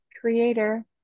creator